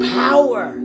power